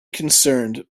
concerned